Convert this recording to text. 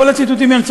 כל הציטוטים האלה,